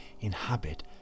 inhabit